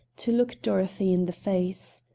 to look dorothy in the face.